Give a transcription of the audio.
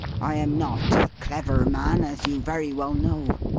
i am not a clever man, as you very well know.